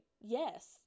Yes